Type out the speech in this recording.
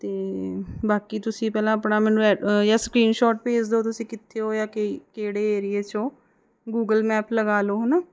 ਅਤੇ ਬਾਕੀ ਤੁਸੀਂ ਪਹਿਲਾਂ ਆਪਣਾ ਮੈਨੂੰ ਐ ਜਾਂ ਸਕਰੀਨ ਸ਼ੋਟ ਭੇਜ ਦਿਉ ਤੁਸੀਂ ਕਿੱਥੇ ਹੋ ਜਾਂ ਕਿ ਕਿਹੜੇ ਏਰੀਏ 'ਚ ਹੋ ਗੂਗਲ ਮੈਪ ਲਗਾ ਲਉ ਹੈ ਨਾ